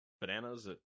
Bananas